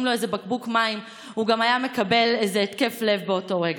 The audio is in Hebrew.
לו בקבוק מים הוא גם היה מקבל איזה התקף לב באותו רגע.